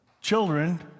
children